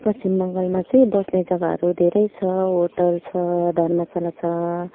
पश्चिम बङ्गालमा चाहिँ बस्ने जग्गाहरू धेरै छ होटल छ धर्मशाला छ